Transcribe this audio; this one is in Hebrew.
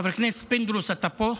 חבר הכנסת פינדרוס, אתה פה?